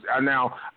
Now